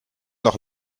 noch